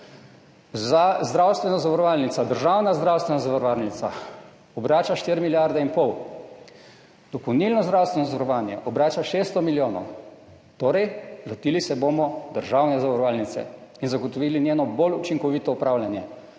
»Zdravstvena zavarovalnica, državna zdravstvena zavarovalnica obrača 4 milijarde in pol, dopolnilno zdravstveno zavarovanje obrača 600 milijonov, torej, lotili se bomo državne zavarovalnice in zagotovili njeno bolj učinkovito upravljanje.